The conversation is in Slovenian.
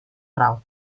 prav